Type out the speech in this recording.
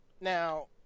Now